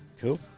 cool